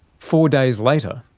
four days later,